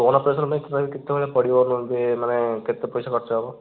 stone operation ପାଇଁ ପ୍ରାୟ କେତେ ଟଙ୍କା ପଡ଼ିବ ମାନେ କେତେ ପଇସା ଖର୍ଚ୍ଚ ହେବ